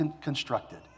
constructed